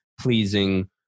pleasing